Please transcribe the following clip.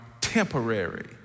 temporary